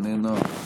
איננה,